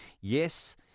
Yes